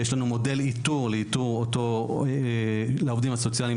יש לנו מודל לאיתור לעובדים הסוציאליים,